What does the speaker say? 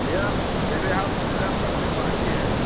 भैया मेरे यहाँ मेरे यहाँ बड्डे पार्टी है